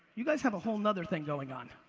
you guys have a whole another thing going on.